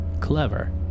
clever